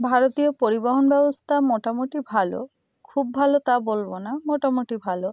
ভারতীয় পরিবহন ব্যবস্থা মোটামুটি ভালো খুব ভালো তা বলবো না মোটামুটি ভালো